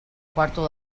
quarto